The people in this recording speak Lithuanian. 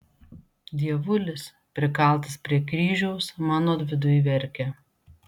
dievulis prikaltas prie kryžiaus mano viduj verkia